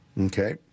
Okay